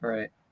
Right